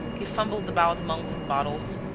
he fumbled about among some bottles,